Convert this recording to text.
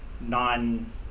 Non